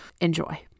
Enjoy